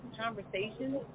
conversations